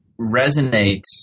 resonates